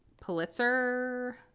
Pulitzer –